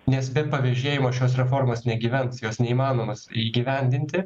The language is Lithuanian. nes be pavežėjimo šios reformos negyvens jos neįmanomos įgyvendinti